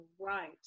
right